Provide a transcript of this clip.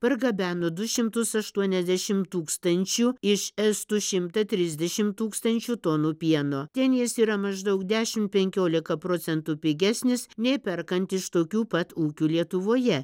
pargabeno du šimtus aštuoniasdešim tūkstančių iš estų šimtą trisdešim tūkstančių tonų pieno ten jis yra maždaug dešim penkiolika procentų pigesnis nei perkant iš tokių pat ūkių lietuvoje